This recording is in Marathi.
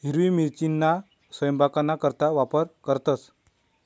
हिरवी मिरचीना सयपाकना करता वापर करतंस